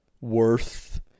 worth